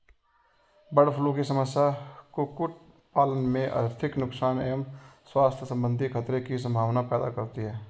bird flu की समस्या कुक्कुट पालन में आर्थिक नुकसान एवं स्वास्थ्य सम्बन्धी खतरे की सम्भावना पैदा करती है